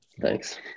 Thanks